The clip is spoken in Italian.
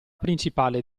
principale